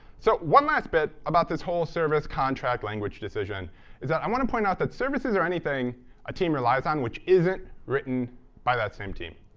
so one last bit about this whole service contract language decision is that i want to point out that services are anything a team relies on which isn't written by that same team.